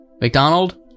McDonald